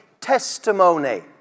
testimony